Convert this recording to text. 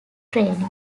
training